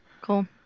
Cool